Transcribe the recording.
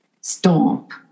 stomp